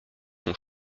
son